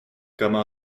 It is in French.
comment